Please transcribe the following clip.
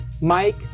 Mike